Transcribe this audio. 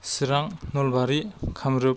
Chirang Nalbari Kamrup